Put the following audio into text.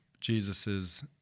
Jesus's